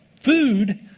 food